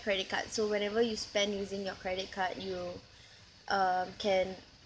credit card so whenever you spend using your credit card you um can